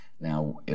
Now